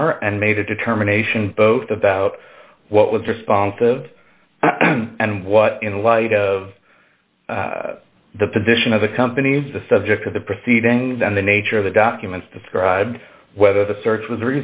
are and made a determination both about what was responsive and what in light of the position of the company is the subject of the proceedings and the nature of the documents described whether the search was